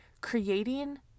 Creating